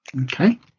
Okay